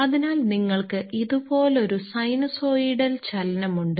അതിനാൽ നിങ്ങൾക്ക് ഇതുപോലൊരു സൈനുസോയിടൽ ചലനമുണ്ട്